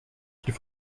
qu’il